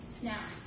Now